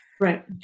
right